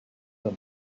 them